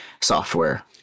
software